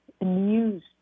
news